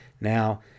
Now